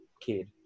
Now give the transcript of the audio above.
kid